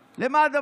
אבל הם מפספסים.